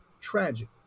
Tragic